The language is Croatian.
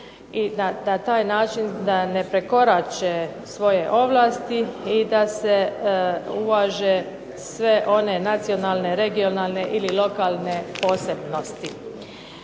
i na taj način da ne prekorače svoje ovlasti i da se uvaže sve one nacionalne, regionalne ili lokalne posebnosti.